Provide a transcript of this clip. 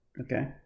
Okay